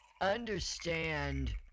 understand